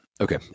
Okay